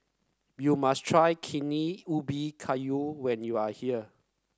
you must try Kuih Ubi Kayu when you are here